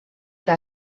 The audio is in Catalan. que